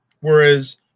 whereas